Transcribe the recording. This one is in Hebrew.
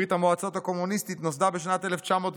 ברית המועצות הקומוניסטית נוסדה בשנת 1917,